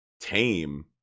tame